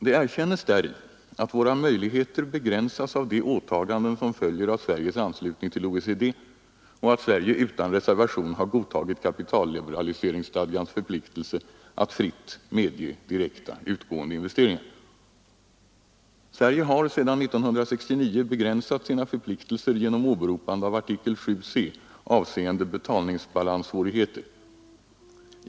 Det erkännes däri att våra möjligheter begränsas av de åtaganden som följer av Sveriges anslutning till OECD och att Sverige utan reservation har godtagit kapitalliberaliseringsstadgans förpliktelse att fritt medge direkta utgående investeringar. Sverige har sedan 1969 begränsat sina förpliktelser genom åberopande av artikel 7 c, avseende betalningsbalanssvårigheter.